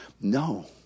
No